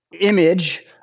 image